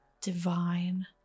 divine